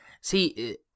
See